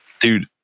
Dude